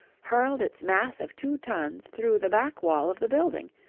hurled its mass of two tons through the back wall of the building,